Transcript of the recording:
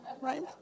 Right